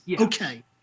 Okay